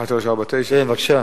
כן, בבקשה.